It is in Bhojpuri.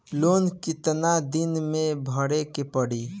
लोन कितना दिन मे भरे के पड़ी?